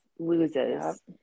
loses